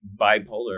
bipolar